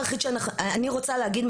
אני רוצה להגיד,